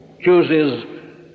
chooses